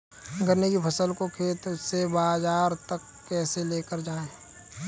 गन्ने की फसल को खेत से बाजार तक कैसे लेकर जाएँ?